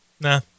Nah